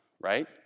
right